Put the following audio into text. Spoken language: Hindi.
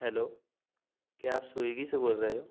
हेलो क्या आप स्विगी से बोल रहे हो